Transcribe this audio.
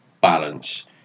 balance